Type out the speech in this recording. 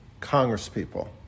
congresspeople